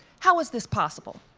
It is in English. how was this possible?